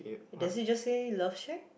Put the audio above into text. does it you just say love shack